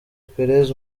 pérez